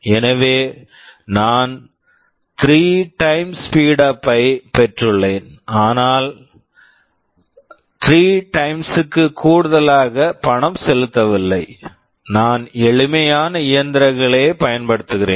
எனவே நான் 3 time time speed up speed up ஐ பெற்றுள்ளேன் ஆனால் நான் 3 டைம்ஸ் times க்கு கூடுதலாக பணம் செலுத்தவில்லை நான் எளிமையான இயந்திரங்களையே பயன்படுத்துகிறேன்